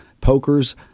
pokers